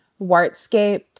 Wartscape